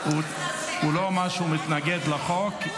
הוא לא אמר שהוא מתנגד לחוק.